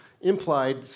implied